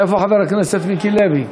איפה חבר הכנסת מיקי לוי?